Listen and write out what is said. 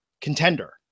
contender